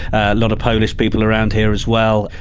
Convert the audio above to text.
a lot of polish people around here as well.